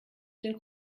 den